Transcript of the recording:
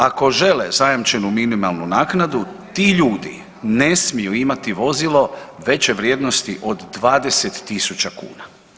Ako žele zajamčenu minimalnu naknadu ti ljudi ne smiju imati vozilo veće vrijednosti od 20 000 kuna.